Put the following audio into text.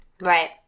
Right